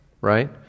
right